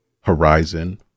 horizon